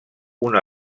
una